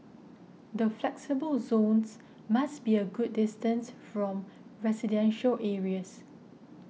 the flexible zones must be a good distance from residential areas